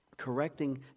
correcting